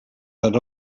that